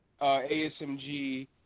ASMG